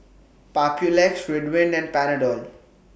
Papulex Ridwind and Panadol